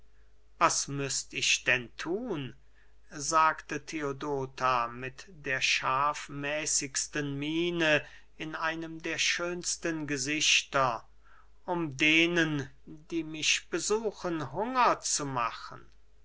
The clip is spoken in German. was müßt ich denn thun sagte theodota mit der schaafmäßigsten miene in einem der schönsten gesichter um denen die mich besuchen hunger zu machen